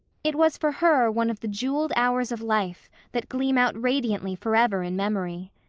it was for her one of the jeweled hours of life that gleam out radiantly forever in memory.